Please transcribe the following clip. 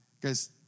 Guys